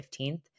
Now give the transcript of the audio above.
15th